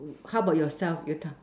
how about yourself you talk